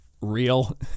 real